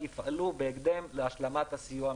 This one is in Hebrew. יפעלו בהקדם להשלמת הסיוע,